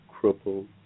crippled